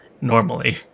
normally